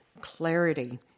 clarity